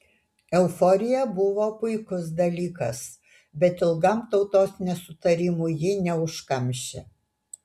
euforija buvo puikus dalykas bet ilgam tautos nesutarimų ji neužkamšė